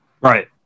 Right